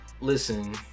Listen